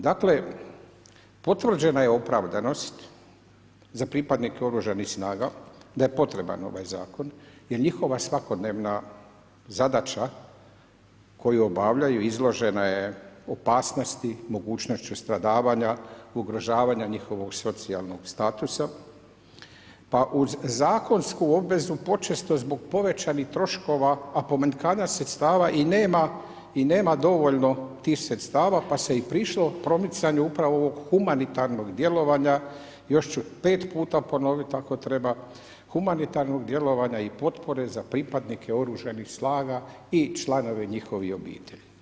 Dakle, potvrđena je opravdanost za pripadnike OS-a da je potreban ovaj zakon jer njihova svakodnevna zadaća koju obavljaju, izložena je opasnosti, mogućnošću stradavanja, ugrožavanja njihovog socijalnog statusa pa uz zakonsku obvezu počesto zbog povećanih troškova a pomanjkanja sredstava i nema dovoljno tih sredstva pa se i prišlo promicanju pravo ovog humanitarnog djelovanja, još ću 5 puta ponoviti ako treba, humanitarnog djelovanja i potpore za pripadnike OS-a i članova njihovih obitelji.